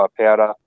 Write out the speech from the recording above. powder